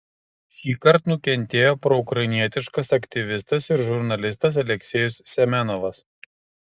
šįkart nukentėjo proukrainietiškas aktyvistas ir žurnalistas aleksejus semenovas